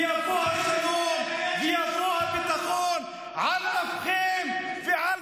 ויבוא השלום ויבוא הביטחון על אפכם ועל